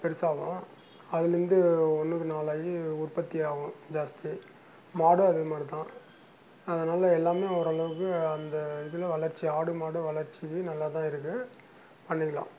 பெருசாகவும் அதிலேந்து ஒன்றுக்கு நாலாயி உற்பத்தியாகவும் ஜாஸ்த்தி மாடும் அதே மாதிரி தான் அதனால் எல்லாமே ஓரளவுக்கு அந்த இதில் வளர்ச்சி ஆடு மாடு வளர்ச்சிது நல்லா தான் இருக்குது பண்ணிக்கலாம்